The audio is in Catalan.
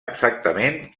exactament